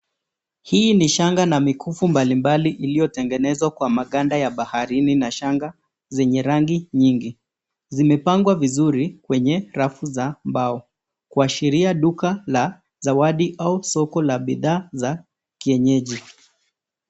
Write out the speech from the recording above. Hii ni shanga na mikufu mbalimbali iliyotengenezwa kwa maganda ya baharini na shanga zenye rangi nyingi. Zimepangwa vizuri kwenye rafu za mbao kuashiria duka la zawadi au soko la bidhaa za kienyeji.